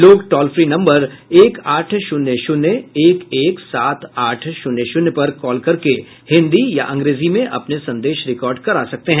लोग toll free number एक आठ शून्य शून्य एक एक सात आठ शून्य शून्य पर कॉल करके हिन्दी या अंग्रेजी में अपने संदेश रिकॉर्ड करा सकते हैं